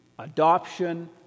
Adoption